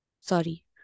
Sorry